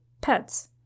pets